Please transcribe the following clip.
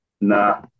Nah